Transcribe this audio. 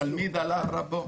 התלמיד עלה על רבו.